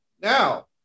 Now